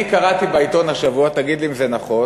אני קראתי בעיתון השבוע, ותגיד לי אם זה נכון,